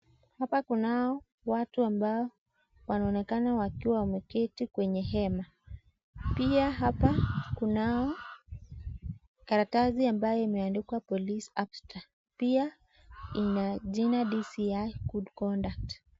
Hapa kunao watu ambao wanaonekana wakiwa wameketi kwenye hema. Pia hapa kunao karatasi ambayo imeandikwa police abstract . Pia ina jina DCI good conduct .